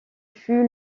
fut